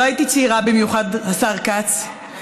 לא הייתי צעירה במיוחד, השר כץ,